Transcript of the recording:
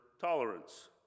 tolerance